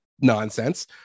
nonsense